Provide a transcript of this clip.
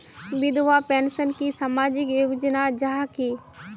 विधवा पेंशन की सामाजिक योजना जाहा की?